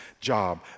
job